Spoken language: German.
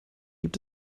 gibt